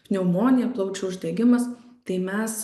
pneumonija plaučių uždegimas tai mes